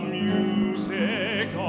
music